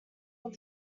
were